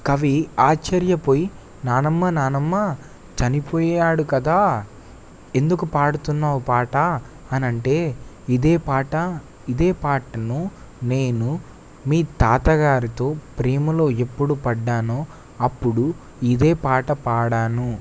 కవి ఆశ్చర్యపోయి నానమ్మ నానమ్మ చనిపోయాడు కదా ఎందుకు పాడుతున్నవు పాట అని అంటే ఇదే పాట ఇదే పాటను నేను మీ తాతగారితో ప్రేమలో ఎప్పుడు పడ్డానో అప్పుడు ఇదే పాట పాడాను